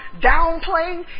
downplaying